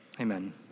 Amen